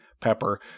pepper